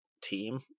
team